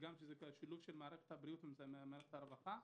וגם כשזה שילוב של מערכת הבריאות ומערכת הרווחה?